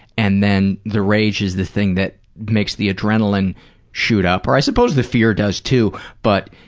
and then the rage is the thing that makes the adrenaline shoot up. or i suppose the fear does too but.